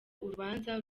urubanza